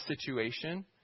situation